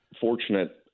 fortunate